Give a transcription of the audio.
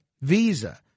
Visa